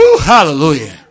hallelujah